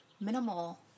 minimal